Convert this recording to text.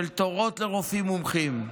של תורים לרופאים מומחים.